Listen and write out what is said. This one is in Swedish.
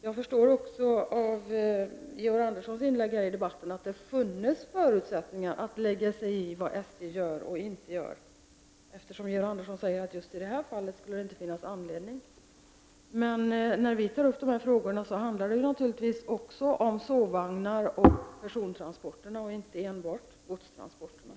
Jag förstår av Georg Anderssons inlägg i debatten att det skulle finnas förutsättningar för honom att lägga sig i vad SJ gör eller inte gör, eftersom han säger att det just i det här fallet inte skulle finnas anledning att göra det. Men när vi tar upp dessa frågor handlar det givetvis också om sovvagnar och persontransporter och inte enbart om godstransporter.